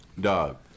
dog